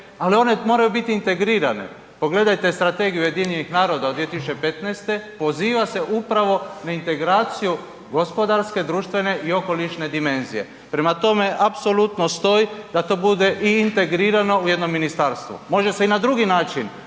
ali one moraju biti integrirane, pogledajte Strategiju UN-a od 2015. poziva se upravo na integraciju gospodarske, društvene i okolišne dimenzije. Prema tome, apsolutno stoji da to bude i integrirano u jedno ministarstvo. Može se i na drugi način,